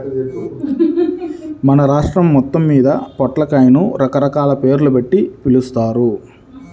మన రాష్ట్రం మొత్తమ్మీద పొట్లకాయని రకరకాల పేర్లుబెట్టి పిలుస్తారు